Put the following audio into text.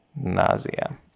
nausea